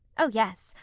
oh, yes.